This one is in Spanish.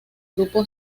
grupo